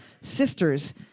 Sisters